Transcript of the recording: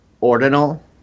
Ordinal